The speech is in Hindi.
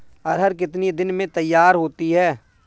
अरहर कितनी दिन में तैयार होती है?